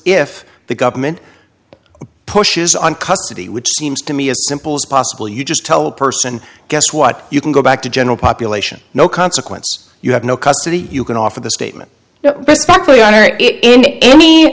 if the government pushes on custody which seems to me as simple as possible you just tell a person guess what you can go back to general population no consequence you have no custody you can offer the statement